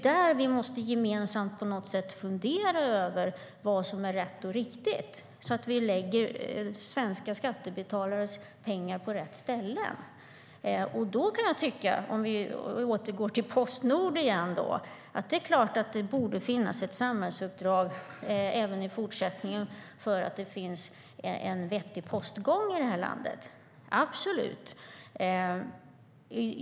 Där måste vi gemensamt fundera över vad som är rätt och riktigt, så att vi lägger svenska skattebetalares pengar på rätt ställen. Om vi återgår till Postnord igen tycker jag att det borde finnas ett samhällsuppdrag även i fortsättningen så att det finns en vettig postgång i det här landet, absolut.